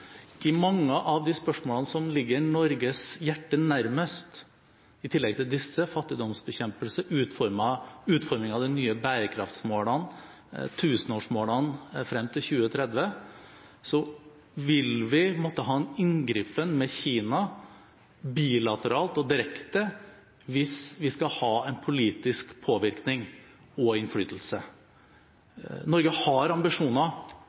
I mange av de spørsmålene som ligger Norges hjerte nærmest, i tillegg til disse: fattigdomsbekjempelse, utformingen av de nye bærekraftsmålene og tusenårsmålene frem til 2030, vil vi måtte ha en inngripen med Kina bilateralt og direkte hvis vi skal ha en politisk påvirkning og innflytelse. Norge har ambisjoner